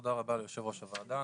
תודה רבה ליו"ר הוועדה.